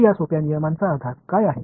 तर या सोप्या नियमांचा आधार काय आहे